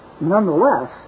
nonetheless